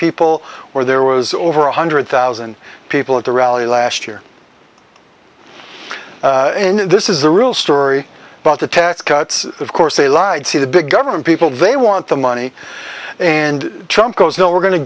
people where there was over one hundred thousand people at the rally last year this is the real story about the tax cuts of course they lied see the big government people they want the money and trump goes no we're going to